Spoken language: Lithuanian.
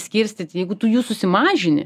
skirstyti jeigu tu jų susimažini